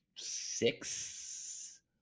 six